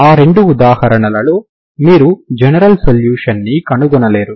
ఆ రెండు ఉదాహరణలలో మీరు జనరల్ సొల్యూషన్ ను కనుగొనలేరు